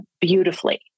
beautifully